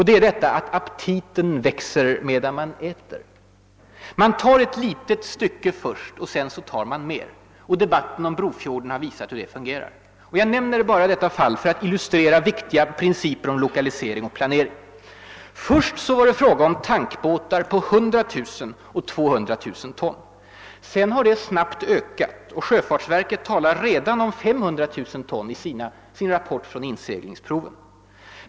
Det är att aptiten växer medan man äter. Man tar ett litet stycke först och sedan tar man mera. Debatten om Brofjorden har visat hur det fungerat. Jag nämner bara det här fallet för att illustrera viktiga principer om lokalisering och planering. Först var det fråga om tankbåtar på 100 000 och 200 000 ton. Sedan har det blivit en snabb ökning, och sjöfartsverket talar redan om 500 000 ton i sin rapport från inseglingsproven.